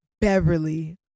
Beverly